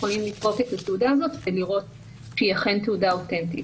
יכולים לסרוק את התעודה הזאת ולראות שהיא אכן תעודה אותנטית.